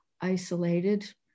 isolated